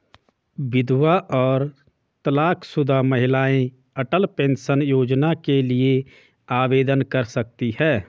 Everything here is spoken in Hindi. विधवा और तलाकशुदा महिलाएं अटल पेंशन योजना के लिए आवेदन कर सकती हैं